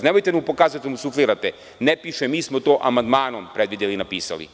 Nemojte mu pokazati, da mu suflirate, ne piše, mi smo to amandmanom predvideli, napisali.